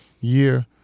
year